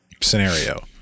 scenario